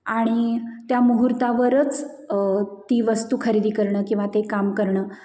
आणि त्या मुहूर्तावरच ती वस्तू खरेदी करणं किंवा ते काम करणं